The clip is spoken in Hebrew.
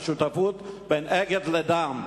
בין "אגד" ל"דן".